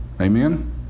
amen